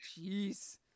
jeez